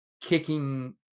kicking